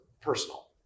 personal